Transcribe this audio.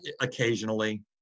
occasionally